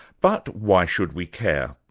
but why should we care?